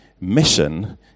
mission